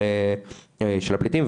של הפליטים,